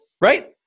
right